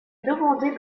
demander